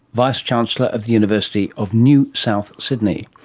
vice chancellor of the university of new south sydney.